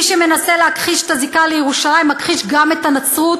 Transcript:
מי שמנסה להכחיש את הזיקה לירושלים מכחיש גם את הנצרות,